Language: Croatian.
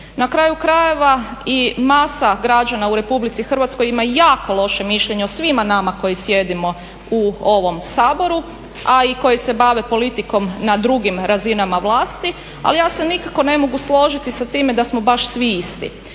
Na kraju krajeva i masa građana u Republici Hrvatskoj ima jako loše mišljenje o svima nama koji sjedimo u ovom Saboru a i koji se bave politikom na drugim razinama vlasti ali ja se nikako ne mogu složiti sa time da smo baš svi isti.